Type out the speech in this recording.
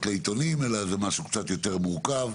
לעיתונים אלא זה משהו קצת יותר מורכב,